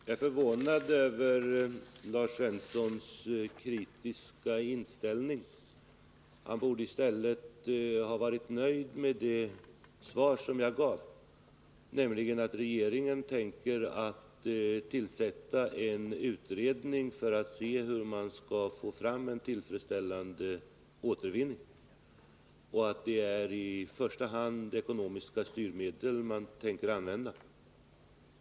Fru talman! Jag är förvånad över Lars Svenssons kritiska inställning. Han borde i stället ha varit nöjd med det svar som jag gav, nämligen att regeringen tänker tillsätta en utredning för att se hur man kan få fram en tillfredsställande återvinning och att det i första hand är ekonomiska styrmedel som skall användas.